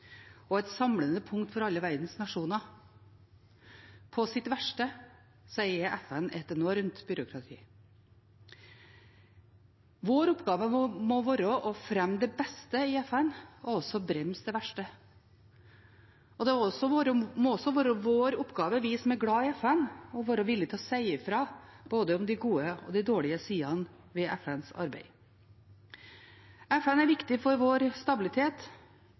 og et samlende punkt for alle verdens nasjoner. På sitt verste er FN et enormt byråkrati. Vår oppgave må være å fremme det beste i FN og å bremse det verste. Det må også være vår oppgave, vi som er glade i FN, å være villige til å si fra både om de gode og om de dårlige sidene ved FNs arbeid. FN er viktig for vår stabilitet,